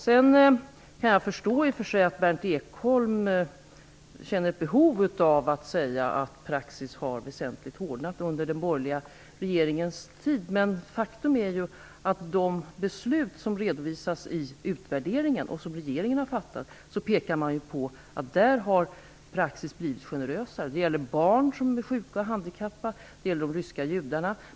Jag kan i och för sig förstå att Berndt Ekholm känner ett behov av att säga att praxis har hårdnat väsentligt under den borgerliga regeringens tid. Faktum är att när det gäller de beslut som redovisas i utvärderingen och som regeringen har fattat pekar man på att praxis har blivit generösare. Det gäller barn som är sjuka eller handikappade. Det gäller de ryska judarna.